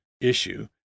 issue